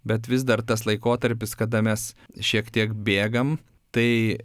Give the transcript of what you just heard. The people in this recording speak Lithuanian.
bet vis dar tas laikotarpis kada mes šiek tiek bėgam tai